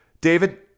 David